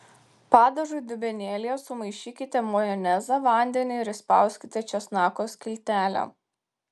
padažui dubenėlyje sumaišykite majonezą vandenį ir įspauskite česnako skiltelę